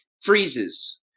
freezes